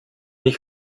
ich